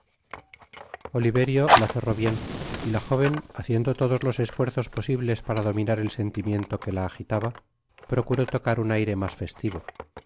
oliverio la cerró bien y la joven haciendo todos los esfuerzos posibles para dominar el sentimiento que la agitaba procuró tocar un aire mas festivo